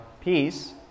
peace